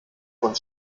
von